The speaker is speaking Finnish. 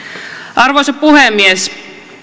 arvoisa puhemies